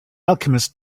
alchemist